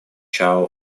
chau